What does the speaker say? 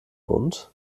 bunt